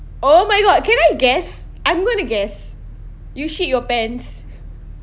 oh my god can I guess I'm gonna guess you shit your pants